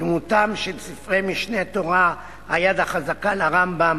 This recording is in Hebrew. בדמותם של ספרי "משנה תורה" "הי"ד החזקה" לרמב"ם,